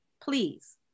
Please